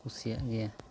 ᱠᱩᱥᱤᱭᱟᱜ ᱜᱮᱭᱟ